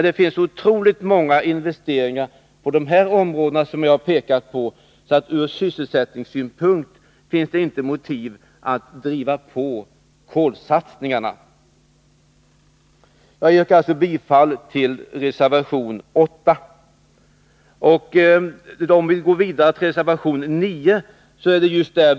Det finns otroligt många investeringar på de områden som jag pekat på, så ur sysselsättningssynpunkt finns det inte motiv att driva på kolsatsningarna. Jag yrkar bifall till reservation 8. Jag skall något kommentera reservation 9, samtidigt som jag yrkar bifall till den.